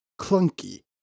clunky